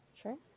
Sure